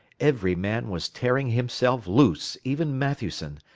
every man was tearing himself loose, even matthewson.